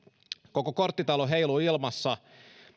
koko korttitalo heiluu ilmassa